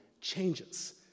changes